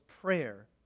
prayer